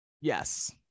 Yes